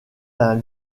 d’un